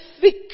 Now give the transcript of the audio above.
thick